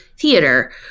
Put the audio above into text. theater